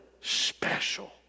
special